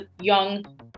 young